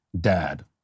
dad